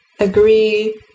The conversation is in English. agree